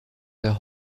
der